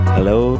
Hello